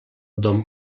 dom